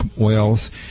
oils